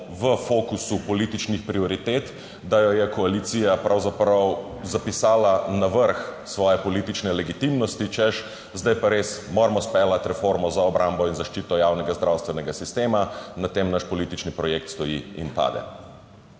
v fokusu političnih prioritet, da jo je koalicija pravzaprav zapisala na vrh svoje politične legitimnosti, češ zdaj pa res moramo izpeljati reformo za obrambo in zaščito javnega zdravstvenega sistema, na tem naš politični projekt stoji in pade?